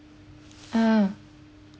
ah